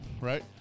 right